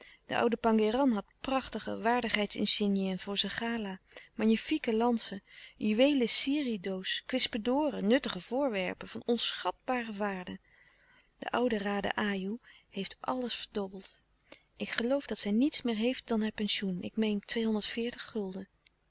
de oude pangéran had prachtige waardigheids insigniën voor zijn gala magnifique lansen een juweelen sirih doos kwispedoren nuttige voorwerpen van onschatbare waarde de oude raden ajoe heeft alles verdobbeld ik geloof dat zij niets meer heeft louis couperus de stille kracht dan haar pensioen ik meen